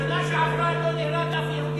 בשנה שעברה לא נהרג אף יהודי,